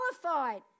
qualified